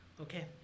Okay